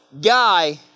guy